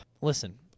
listen